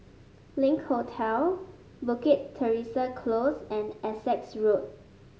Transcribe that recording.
Link Hotel Bukit Teresa Close and Essex Road